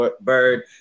Bird